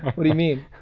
what do you mean?